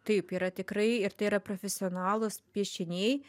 taip yra tikrai ir tai yra profesionalūs piešiniai